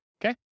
Okay